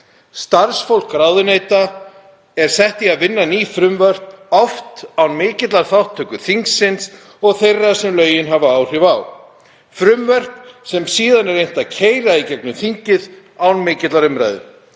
Starfsfólk ráðuneyta er sett í að vinna ný frumvörp, oft án mikillar þátttöku þingsins og þeirra sem lögin hafa áhrif á, frumvörp sem síðan er reynt að keyra í gegnum þingið án mikillar umræðu.